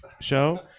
show